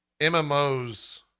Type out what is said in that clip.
mmos